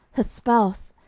her spouse.